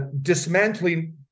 dismantling